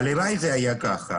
היועץ המשפטי של הוועדה,